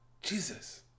Jesus